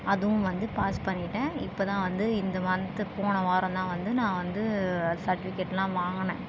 அதுவும் வந்து பாஸ் பண்ணிட்டேன் இப்போதான் வந்து இந்த மந்த்து போன வாரம் தான் வந்து நான் வந்து அது சர்ட்டிஃபிகேட்லாம் வாங்கினேன்